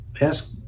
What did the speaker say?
ask